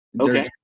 Okay